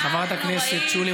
חברת הכנסת שולי